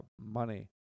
money